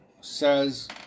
says